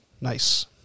Nice